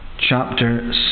chapter